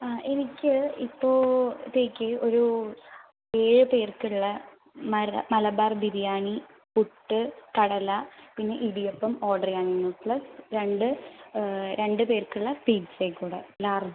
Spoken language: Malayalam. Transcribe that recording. ആ എനിക്ക് ഇപ്പോഴത്തേക്ക് ഒരു ഏഴ് പേർക്കുള്ള മര മലബാർ ബിരിയാണി പുട്ട് കടല പിന്നെ ഇടിയപ്പം ഓർഡർ ചെയ്യാനായിരുന്നു പ്ലസ് രണ്ട് രണ്ട് പേർക്കുള്ള പിസ്സയും കൂടെ ലാർജ്